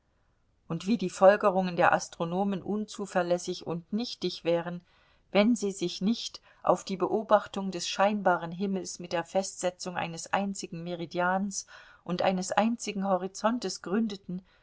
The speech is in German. und wie die folgerungen der astronomen unzuverlässig und nichtig wären wenn sie sich nicht auf die beobachtungen des scheinbaren himmels mit der festsetzung eines einzigen meridians und eines einzigen horizontes gründeten